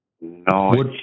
No